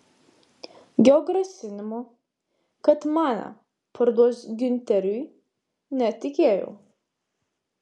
jo grasinimu kad mane parduos giunteriui netikėjau